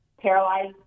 Paralyzed